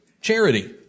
charity